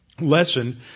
lesson